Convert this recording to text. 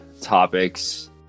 topics